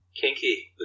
kinky